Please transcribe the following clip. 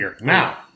Now